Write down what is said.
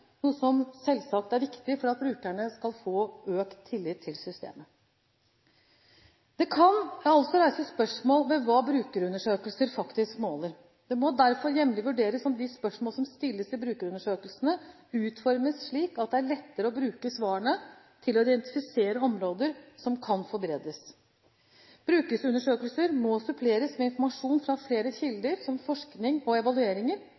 noe som selvsagt er viktig for at brukerne skal få økt tillit til systemet. Det kan altså reises spørsmål ved hva brukerundersøkelser faktisk måler. Det må derfor jevnlig vurderes om de spørsmål som stilles i brukerundersøkelsene, utformes slik at det er lettere å bruke svarene til å identifisere områder som kan forbedres. Brukerundersøkelser må suppleres med informasjon fra flere kilder, som forskning på evalueringer,